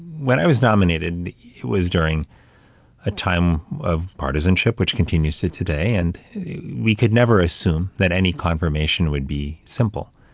when i was nominated, was during a time of partisanship which continues to today and we could never assume that any confirmation would be simple.